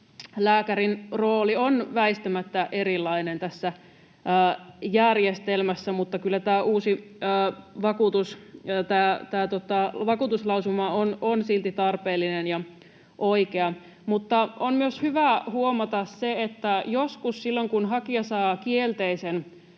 vakuutuslääkärin roolit ovat väistämättä erilaiset tässä järjestelmässä, mutta kyllä tämä vakuutuslausuma on silti tarpeellinen ja oikea. On hyvä huomata myös se, että joskus silloin, kun hakija saa kielteisen